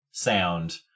Sound